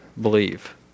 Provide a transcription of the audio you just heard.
believe